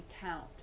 count